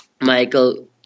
Michael